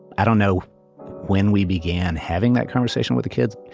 i don't know when we began having that conversation with the kids.